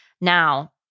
Now